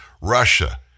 Russia